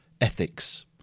ethics